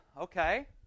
Okay